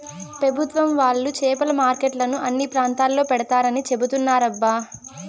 పెభుత్వం వాళ్ళు చేపల మార్కెట్లను అన్ని ప్రాంతాల్లో పెడతారని చెబుతున్నారబ్బా